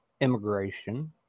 immigration